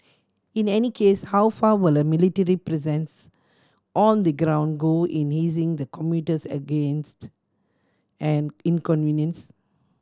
in any case how far will a military presence on the ground go in easing the commuter's angst and inconvenience